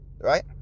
right